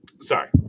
Sorry